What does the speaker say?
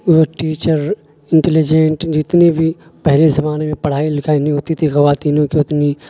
وہ teacher intelligent جتنی بھی پہلے زمانے میں پڑھائی لکھائی نہیں ہوتی تھی خواتینوں کی اتنی